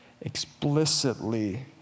explicitly